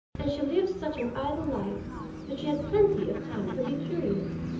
and she lived such an idle life that she had plenty of time to be curious.